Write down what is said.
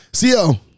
Co